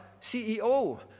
CEO